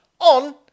on